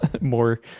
more